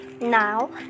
now